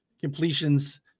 completions